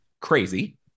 crazy